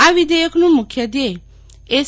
આ વિધેયકનું મુખ્ય ધ્યેય એસ